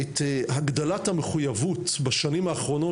את הגדלת המחויבות בשנים האחרונות,